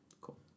Cool